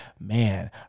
man